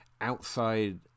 outside